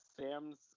sam's